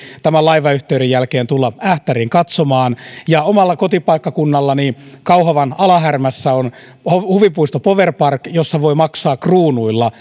tämän laivayhteyden jälkeen tulla ähtäriin katsomaan ja omalla kotipaikkakunnallani kauhavan ala härmässä on huvipuisto powerpark jossa voi maksaa kruunuilla